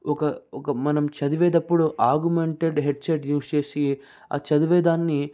ఒక ఒక మనం చదివేటప్పుడు ఆగ్మెంటేడ్ హెడ్సెట్ యూస్ చేసి ఆ చదివేదాన్ని